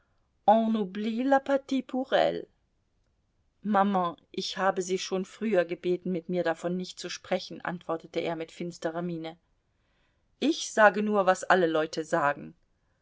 maman ich habe sie schon früher gebeten mit mir davon nicht zu sprechen antwortete er mit finsterer miene ich sage nur was alle leute sagen